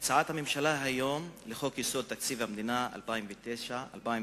הצעת הממשלה היום לחוק-יסוד: תקציב המדינה לשנים 2010-2009,